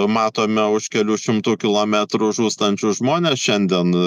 matome už kelių šimtų kilometrų žūstančius žmones šiandien